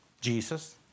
Jesus